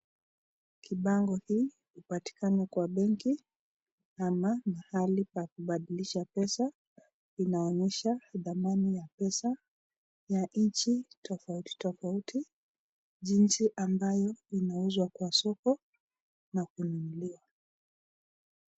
Kipango hii hupatikana kwa benki ama mahali pa kubadilisha pesa, inaonyesha dhamana ya pesa ya nchi tofauti tofauti jinsi ambayo inauzwa kwa soko na Kununuliwa.